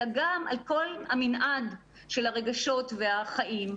אלא גם על כל המנעד של הרגשות והחיים,